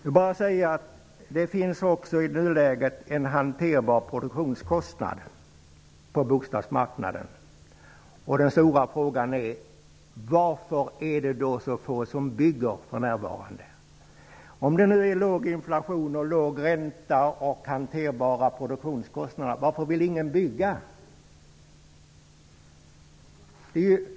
Jag vill bara säga att produktionskostnaden på bostadsmarknaden i nuläget är hanterbar, och den stora frågan är då: Varför är det så få som bygger för närvarande? Om det nu är låg inflation, låg ränta och hanterbara produktionskostnader, varför vill ingen bygga?